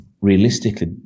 realistically